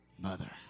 mother